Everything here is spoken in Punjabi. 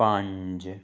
ਪੰਜ